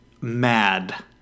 mad